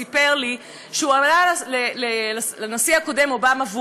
סיפר לי שהוא ענה לנשיא הקודם אובמה,